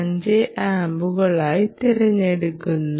85 ആമ്പുകളായി തിരഞ്ഞെടുക്കുന്നു